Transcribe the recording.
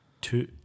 Two